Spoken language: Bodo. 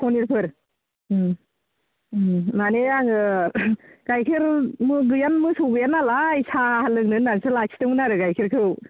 फनिरफोर मानि आङो गायखेरबो गैया मोसौ गैया नालाय साहा लोनो होननासो लाखिदोंमोन आरो गायखेरखौ